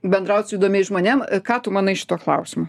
bendraut su įdomiais žmonėm ką tu manai šituo klausimu